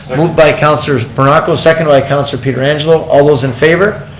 moved by councilor morocco, seconded by councilor pietrangelo. all those in favor?